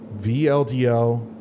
VLDL